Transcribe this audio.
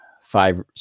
five